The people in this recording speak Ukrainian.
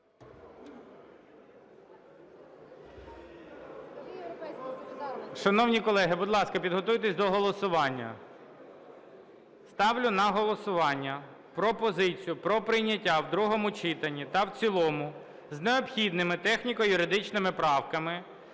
Шановні колеги, будь ласка, підготуйтесь до голосування. Ставлю на голосування пропозицію про прийняття в другому читанні та в цілому з необхідними техніко-юридичними правками